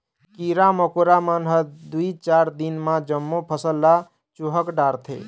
कीरा मकोरा मन ह दूए चार दिन म जम्मो फसल ल चुहक डारथे